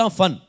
fun